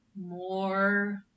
more